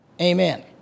Amen